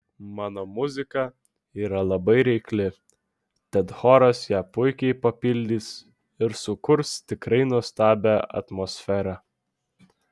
mano muzika yra labai reikli tad choras ją puikiai papildys ir sukurs tikrai nuostabią atmosferą